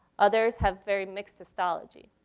others have very mixed estology.